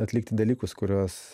atlikti dalykus kuriuos